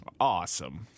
Awesome